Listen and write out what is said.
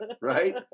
Right